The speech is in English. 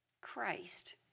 Christ